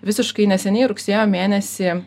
visiškai neseniai rugsėjo mėnesį